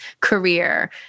career